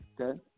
Okay